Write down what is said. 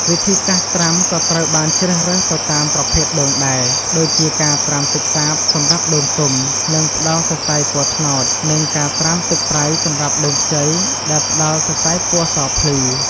វិធីសាស្រ្តត្រាំក៏ត្រូវបានជ្រើសរើសទៅតាមប្រភេទដូងដែរ ដូចជាការត្រាំទឹកសាបសម្រាប់ដូងទុំ ដែលផ្តល់សរសៃពណ៌ត្នោត និងការត្រាំទឹកប្រៃសម្រាប់ដូងខ្ចី ដែលផ្តល់សរសៃពណ៌សភ្លឺ។